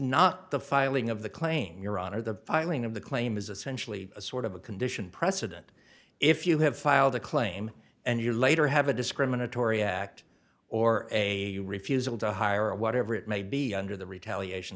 not the filing of the claim your honor the filing of the claim is essentially a sort of a condition precedent if you have filed a claim and you later have a discriminatory act or a refusal to hire or whatever it may be under the retaliation